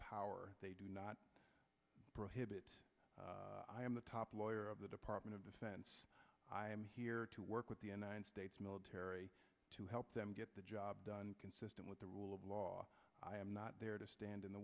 power they do not prohibit i am the top lawyer of the department of defense i am here to work with the united states military to help them get the job done consistent with the rule of law i am not there to stand in the